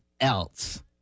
else